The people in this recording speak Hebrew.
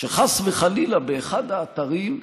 שחס וחלילה באחד האתרים,